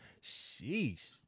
sheesh